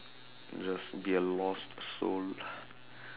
just be a lost soul